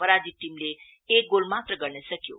पराजित टीमले एक गोल मात्र गर्न सक्यो